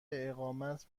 اقامت